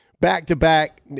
back-to-back